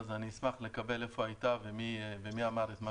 אני אשמח לקבל איפה היא הייתה ומי אמר את מה